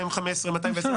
215 וכו'.